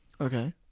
Okay